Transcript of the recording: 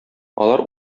алар